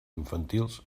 infantils